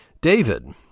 David